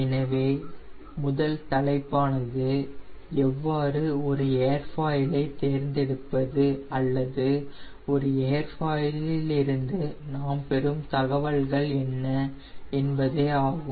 எனவே முதல் தலைப்பானது எவ்வாறு ஒரு ஏர்ஃபாயில் ஐ தேர்ந்தெடுப்பது அல்லது ஒரு ஏர்ஃபாயிலில் இருந்து நாம் பெறும் தகவல்கள் என்ன என்பதே ஆகும்